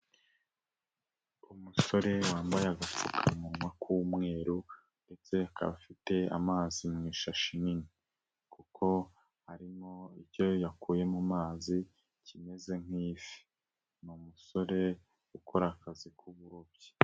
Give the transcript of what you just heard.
Umusore wambaye agapfukamunwa k'umweru ndetse akaba afite amazi mu ishashi nini kuko harimo icyo yakuye mu mazi, kimeze nk'ifi. Ni umusore ukora akazi k'uburobyi.